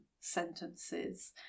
sentences